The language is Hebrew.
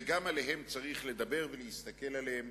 וגם עליהם צריך לדבר ולהסתכל עליהם